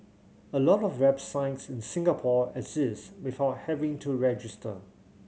a lot of websites in Singapore exist without having to register